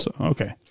Okay